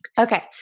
Okay